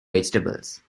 vegetables